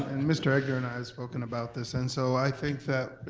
and mr. egnor and i have spoken about this. and so i think that,